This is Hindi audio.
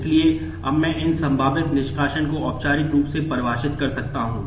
इसलिए अब मैं इन संभावित निष्कासन को औपचारिक रूप से परिभाषित कर सकता हूं